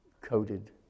coated